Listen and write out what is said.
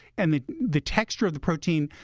and the the texture of the protein,